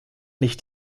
nicht